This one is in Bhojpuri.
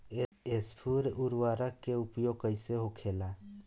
स्फुर उर्वरक के उपयोग कईसे होखेला?